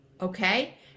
okay